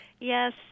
Yes